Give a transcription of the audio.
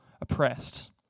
oppressed